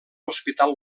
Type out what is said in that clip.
hospital